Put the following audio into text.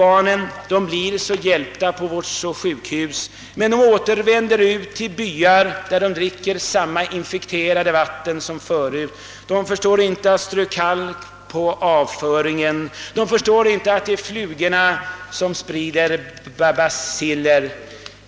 Barnen blir hjälpta på vårt sjukhus, men de återvänder ut till byar där de dricker samma infekterade vatten som förut. Människorna förstår inte att strö kalk på avföringen, de förstår inte att det är flugorna som sprider baciller etc. etc.